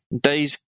Days